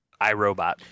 iRobot